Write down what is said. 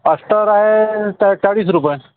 Aster आहे च चाळीस रुपये